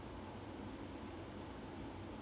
ya uh is natasha at gmail dot com